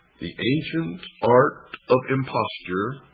the ancient art of imposture,